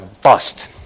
bust